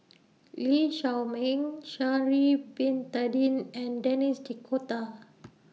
Lee Shao Meng Sha'Ari Bin Tadin and Denis D'Cotta